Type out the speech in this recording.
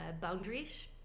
boundaries